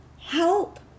Help